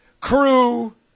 crew